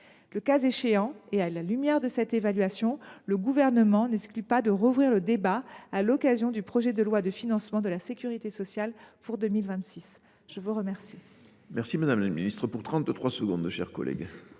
Le cas échéant, et à la lumière de cette évaluation, le Gouvernement n’exclut pas de rouvrir le débat lors de l’examen du projet de loi de financement de la sécurité sociale pour 2026. La parole